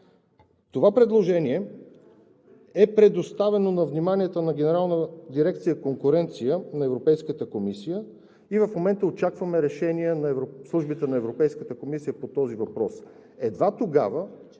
Това предложение е предоставено на вниманието на Генералната дирекция „Конкуренция“ на Европейската комисия и в момента очакваме решение на службите на Европейската комисия по този въпрос. Едва тогава